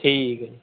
ਠੀਕ ਹੈ ਜੀ